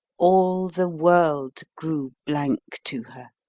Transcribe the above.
all the world grew blank to her.